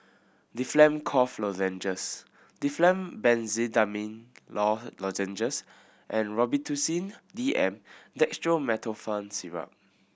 Difflam Cough Lozenges Difflam Benzydamine Lozenges and Robitussin D M Dextromethorphan Syrup